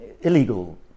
illegal